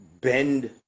bend